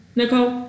nicole